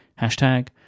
hashtag